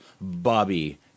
Bobby